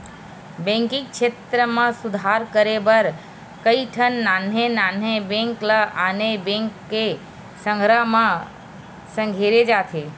banking छेत्र म सुधार करे बर कइठन नान्हे नान्हे बेंक ल आने बेंक के संघरा म संघेरे जाथे